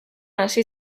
hasi